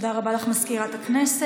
תודה רבה לך, מזכירת הכנסת.